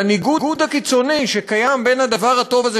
לניגוד הקיצוני שקיים בין הדבר הטוב הזה